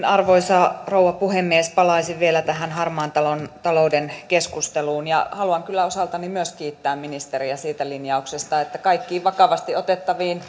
arvoisa rouva puhemies palaisin vielä tähän harmaan talouden talouden keskusteluun ja haluan kyllä myös osaltani kiittää ministeriä siitä linjauksesta että kaikkiin vakavasti otettaviin